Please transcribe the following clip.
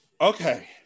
Okay